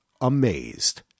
amazed